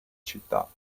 città